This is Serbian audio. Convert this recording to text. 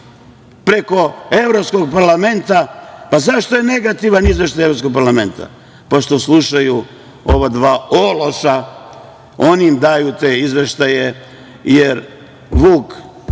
preko Evropskog parlamenta. Zašto je negativan izveštaj Evropskog parlamenta? Zato što slušaju ova dva ološa. Oni im daju te izveštaje, jer Vuk